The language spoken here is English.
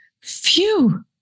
phew